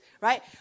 right